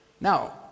Now